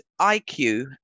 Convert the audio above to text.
IQ